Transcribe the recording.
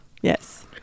Yes